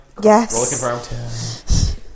Yes